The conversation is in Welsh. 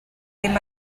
ddim